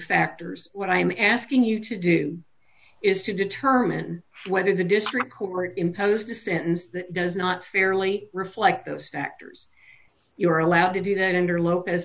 factors what i'm asking you to do is to determine whether the district court imposed a sentence that does not fairly reflect those factors you're allowed to do that under lopez